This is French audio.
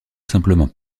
simplement